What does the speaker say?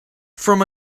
from